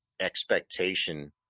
expectation